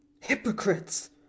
hypocrites